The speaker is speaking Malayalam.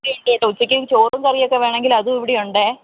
ഉച്ചയ്ക്ക് ചോറും കറിയുമൊക്കെ എന്തേലും വേണമെങ്കിൽ അതും ഇവിടെ ഉണ്ട്